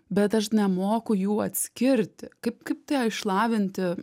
bet aš nemoku jų atskirti kaip kaip išlavinti